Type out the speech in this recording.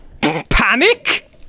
Panic